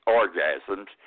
orgasms